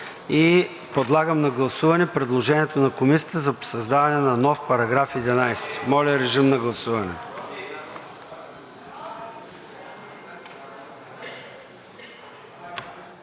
Подлагам на гласуване предложението на Комисията за създаването на нов § 11. Моля, режим на гласуване.